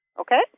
Okay